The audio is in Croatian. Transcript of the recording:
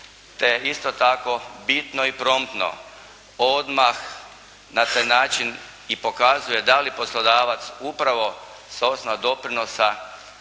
te isto tako bitno i promptno odmah na taj način i pokazuje da li poslodavac upravo sa osnova doprinosa